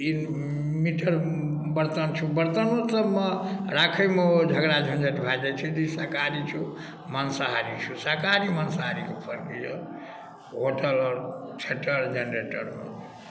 ई मिटके बर्तन छौ बर्तन मतलब मे राखै मे ओ झगड़ा झञ्झट भए जाइ छै जे ई साकाहारी छौ मांसाहारी छौ साकाहारी मांसाहारी के फर्क यऽ होटल थेटर जनरेटर